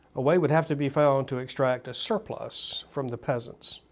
a way would have to be found to extract a surplus from the peasants.